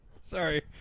Sorry